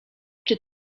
czy